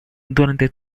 durante